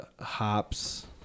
hops